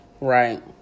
Right